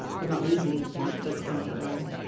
um we're not losing anything. that's kind of where i am.